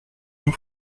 jean